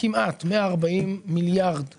כמעט 140 מיליארד שקלים,